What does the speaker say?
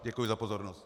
Děkuji za pozornost.